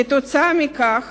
כתוצאה מכך